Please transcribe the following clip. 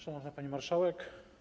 Szanowna Pani Marszałek!